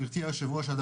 פרופ' ציון חגי.